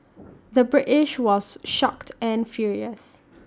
the British was shocked and furious